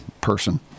person